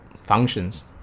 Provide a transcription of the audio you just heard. functions